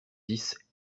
dix